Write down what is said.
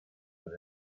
but